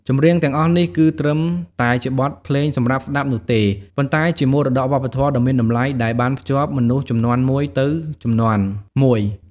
ចម្រៀងទាំងអស់នេះ គឺត្រឹមតែជាបទភ្លេងសម្រាប់ស្តាប់នោះទេ ប៉ុន្តែជាមរតកវប្បធម៌ដ៏មានតម្លៃដែលបានភ្ជាប់មនុស្សជំនាន់មួយទៅជំនាន់មួយ។